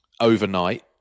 overnight